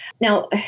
Now